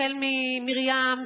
החל ממרים,